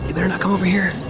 he better not come over here.